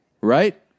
Right